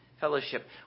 fellowship